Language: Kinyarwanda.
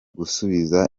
gusubiza